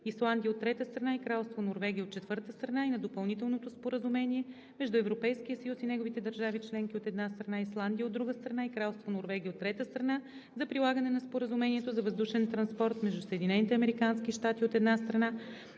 Исландия, от трета страна, и Кралство Норвегия, от четвърта страна, и на Допълнителното споразумение между Европейския съюз и неговите държави членки, от една страна, Исландия, от друга страна, и Кралство Норвегия, от трета страна, за прилагане на Споразумението за въздушен транспорт между Съединените